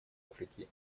африке